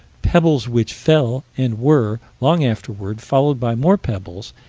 pebbles which fell and were, long afterward, followed by more pebbles,